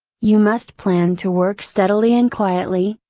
you must plan to work steadily and quietly,